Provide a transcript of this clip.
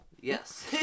Yes